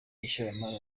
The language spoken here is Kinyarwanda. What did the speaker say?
ishoramari